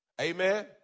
Amen